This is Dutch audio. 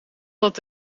dat